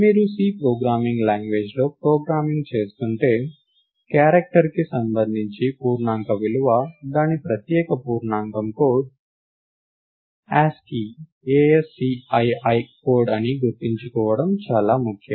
మీరు C programming లాంగ్వేజ్లో programming చేస్తుంటే క్యారెక్టర్కి సంబంధించిన పూర్ణాంక విలువ దాని ప్రత్యేక పూర్ణాంకం కోడ్ యాస్ కి కోడ్ అని గుర్తుంచుకోవడం చాలా ముఖ్యం